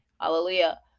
hallelujah